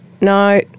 no